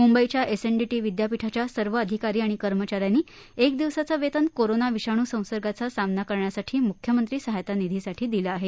मुंबईच्या एसएनडीटी विद्यापीठाच्या सर्व अधिकारी आणि कर्मचाऱ्यांनी एक दिवसाचे वेतन कोरोना विषाणू संसर्गाचा सामना करण्यासाठी म्ख्यमंत्री सहायता निधीसाठी दिले आहे